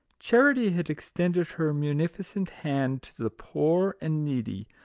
charity had extended her munificent hand to the poor and needy,